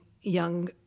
young